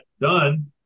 done